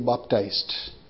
baptized